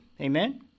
Amen